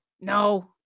No